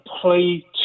play